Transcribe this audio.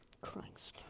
Christ